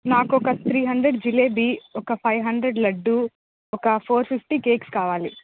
నాకొక three hundred jalebi ఒక five hundred laddu ఒక ఫోర్ ఫిఫ్టీ కేక్స్ కావాలి